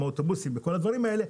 אוטובוסים וכל הדברים האלה,